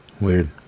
Weird